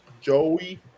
Joey